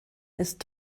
ist